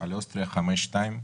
על אוסטריה 5-2,